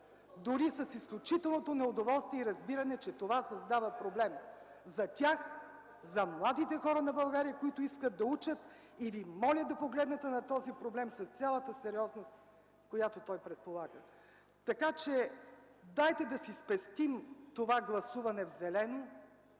дори с изключителното неудоволствие и разбиране, че това създава проблем за тях, за младите хора на България, които искат да учат, и Ви моля да погледнете на този проблем с цялата сериозност, която той предполага. Така че дайте да си спестим това гласуване в зелено,